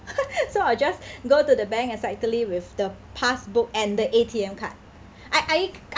so I'll just go to the bank excitedly with the passbook and the A_T_M card I I